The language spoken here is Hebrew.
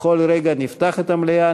בכל רגע נפתח את המליאה,